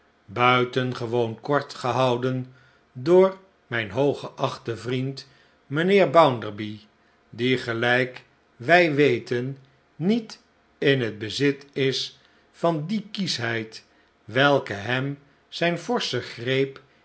buitengewoon kort gehouden door mijn hooggeachten vriend mijnheer bounderby die gelijk wij weten niet in het bezit is van die kieschheid welke hem zijn forschen greep